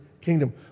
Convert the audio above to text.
kingdom